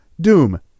Doom